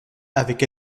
avec